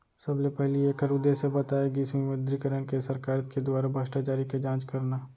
सबले पहिली ऐखर उद्देश्य बताए गिस विमुद्रीकरन के सरकार के दुवारा भस्टाचारी के जाँच करना